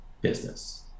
business